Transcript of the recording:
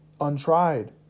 Untried